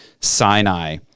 sinai